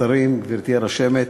השרים, גברתי הרשמת,